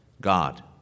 God